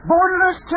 Borderless